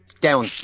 Down